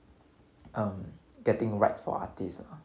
um getting rights for artists ah